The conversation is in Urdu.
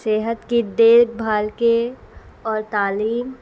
صحت کی دیکھ بھال کے اور تعلیم